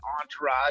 entourage